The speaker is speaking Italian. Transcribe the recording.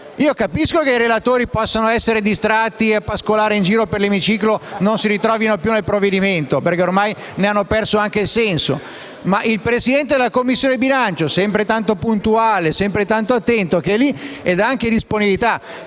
Capisco che i relatori possano essere distratti e, pascolando in giro per l'emiciclo, non si ritrovino più nel provvedimento, perché ormai ne hanno perso il senso; ma il Presidente della Commissione bilancio, sempre tanto puntuale e attento, che dimostra anche disponibilità,